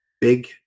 big